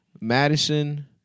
Madison